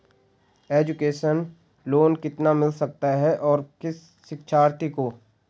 Education loan कितना मिल सकता है और किस शिक्षार्थी को?